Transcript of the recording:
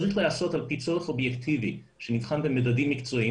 צריך לעשות על פי צורך אובייקטיבי שנבחן בממדים מקצועיים